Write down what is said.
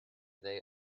they